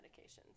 medications